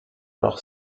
noch